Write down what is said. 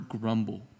grumble